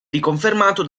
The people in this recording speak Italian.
riconfermato